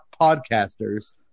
podcasters